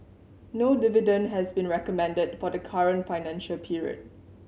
no dividend has been recommended for the current financial period